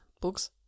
Books